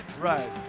Right